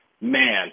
man